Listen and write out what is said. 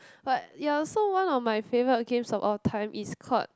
but ya so one of my favourite games of all time is called